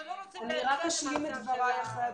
אנחנו לא רוצים להגיע למצב של הפניה.